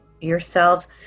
yourselves